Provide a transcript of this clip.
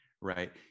right